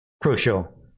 crucial